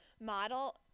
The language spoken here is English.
model